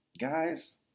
guys